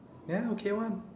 ya okay one